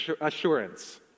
assurance